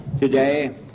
today